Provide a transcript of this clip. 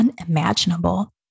unimaginable